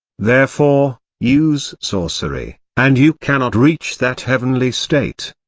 therefore, use sorcery, and you cannot reach that heavenly state.